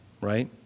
right